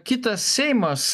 kitas seimas